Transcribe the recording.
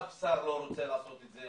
אף שר לא רוצה לעשות את זה.